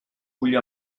ull